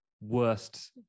worst